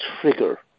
trigger